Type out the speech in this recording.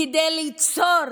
כדי ליצור